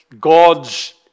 God's